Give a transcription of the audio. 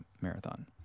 marathon